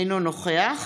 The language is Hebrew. אינו נוכח